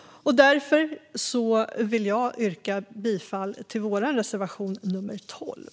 Jag vill därför yrka bifall till vår reservation nummer 12.